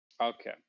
Okay